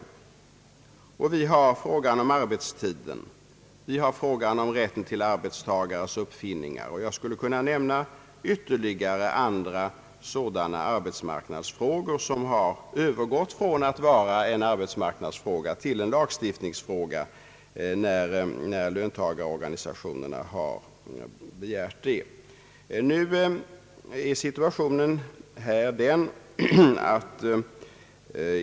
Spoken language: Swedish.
Förhållandet är detsamma när det gäller frågan om arbetstiden och frågan om rätten till arbetstagares uppfinningar, och jag skulle kunna nämna även andra frågor som har övergått från att vara arbetsmarknadsfrågor till att bli lagstiftningsfrågor när det har begärts av löntagarorganisationerna.